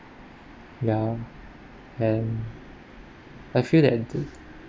ya and I feel that the